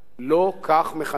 לא כך מחנכים